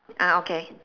ya okay